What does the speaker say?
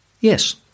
Yes